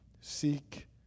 seek